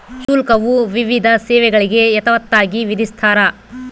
ಶುಲ್ಕವು ವಿವಿಧ ಸೇವೆಗಳಿಗೆ ಯಥಾವತ್ತಾಗಿ ವಿಧಿಸ್ತಾರ